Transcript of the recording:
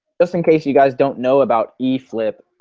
just in case you guys don't know about eflip.